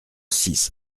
six